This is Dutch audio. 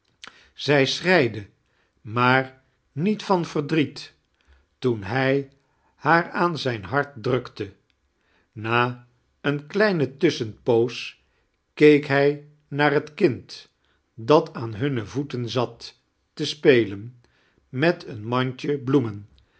zij schreide maar niet van verdrie toen hij haar aan zijn hart drukte na een kleine tus'sfchempoos keek hij naar het kind dat aan hunme voeten zat te spelesn met een mandje bloemen